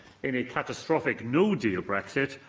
in a catastrophic no deal brexit,